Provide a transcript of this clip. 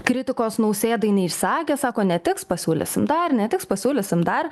kritikos nausėdai neišsakė sako netiks pasiūlysim dar netiks pasiūlysim dar